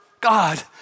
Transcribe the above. God